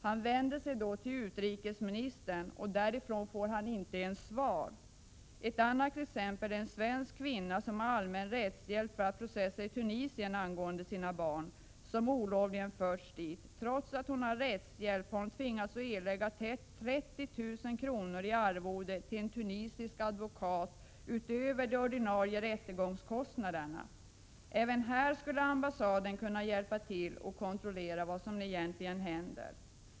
Han vänder sig då till utrikesministern, och därifrån får han inte ens svar. Ett annat exempel gäller en svensk kvinna som har allmän rättshjälp för att processa i Tunisien angående sina barn som olovligen har förts dit. Trots att hon har rättshjälp har hon tvingats att utöver de ordinarie rättegångskostnaderna erlägga 30 000 kr. i arvode till en tunisisk advokat. Ambassaden skulle även i detta fall kunna hjälpa till och kontrollera vad som egentligen sker.